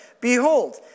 Behold